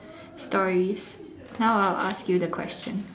stories now I'll ask you the question